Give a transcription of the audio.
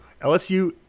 LSU